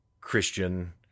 Christian